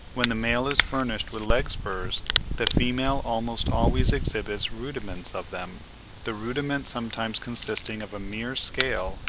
when the male is furnished with leg-spurs the female almost always exhibits rudiments of them the rudiment sometimes consisting of a mere scale,